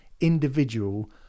individual